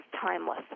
timeless